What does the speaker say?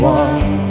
one